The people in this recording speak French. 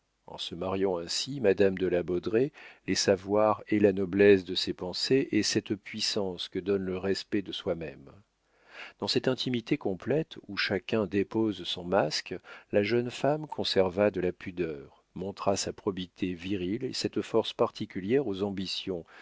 en se mariant ainsi madame de la baudraye laissa voir et la noblesse de ses pensées et cette puissance que donne le respect de soi-même dans cette intimité complète où chacun dépose son masque la jeune femme conserva de la pudeur montra sa probité virile et cette force particulière aux ambitions